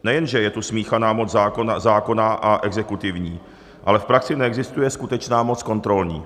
Nejen že je tu smíchaná moc zákonná a exekutivní, ale v praxi neexistuje skutečná moc kontrolní.